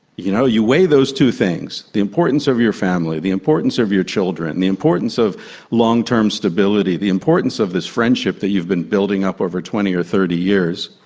you know, you weigh those two things the importance of your family, the importance of your children, and the importance of long-term stability, the importance of this friendship that you've been building up over twenty or thirty years,